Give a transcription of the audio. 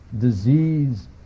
disease